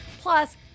Plus